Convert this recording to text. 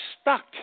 stuck